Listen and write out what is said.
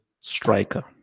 striker